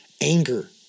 anger